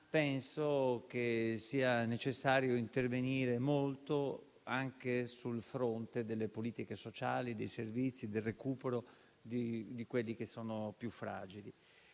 Penso che sia necessario intervenire molto anche sul fronte delle politiche sociali, dei servizi e del recupero dei più fragili.